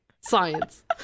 science